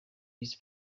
visi